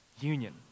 Union